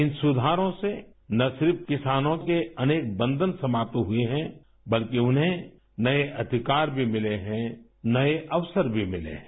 इन सुधारों से न सिर्फ किसानों के अनेक बन्धन समाप्त हुये हैं बल्कि उन्हें नये अधिकार भी मिले हैं नये अवसर भी मिले हैं